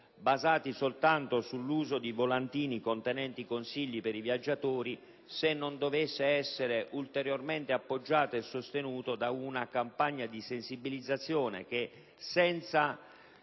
basate soltanto sull'uso di volantini contenenti consigli per i viaggiatori, non debbano essere ulteriormente appoggiate e sostenute da una campagna di sensibilizzazione che, senza